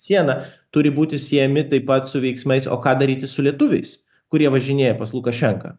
siena turi būti siejami taip pat su veiksmais o ką daryti su lietuviais kurie važinėja pas lukašenką